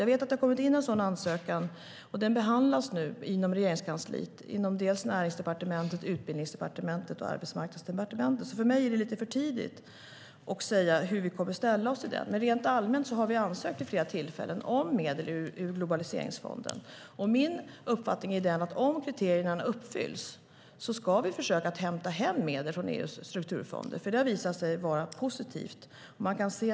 Jag vet att det har kommit in en sådan ansökan, och den behandlas nu i Regeringskansliet, inom Näringsdepartementet, Utbildningsdepartementet och Arbetsmarknadsdepartementet. För mig är det lite för tidigt att säga hur vi kommer att ställa oss till den. Rent allmänt kan jag säga att vi vid flera tillfällen har ansökt om medel ur globaliseringsfonden. Min uppfattning är den att om kriterierna uppfylls ska vi försöka att hämta hem medel från EU:s strukturfonder, för det har visat sig vara positivt.